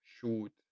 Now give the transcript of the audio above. shoot